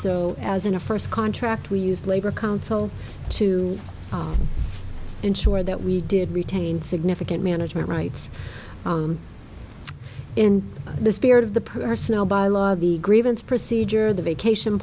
so as in a first contract we used labor counsel to ensure that we did retain significant management rights in the spirit of the personnel by law the grievance procedure the vacation